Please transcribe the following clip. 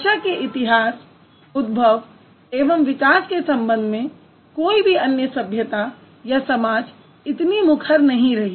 भाषा के इतिहास उद्भव एवं विकास के संबंध में कोई भी अन्य सभ्यता या समाज इतनी मुखर नहीं रही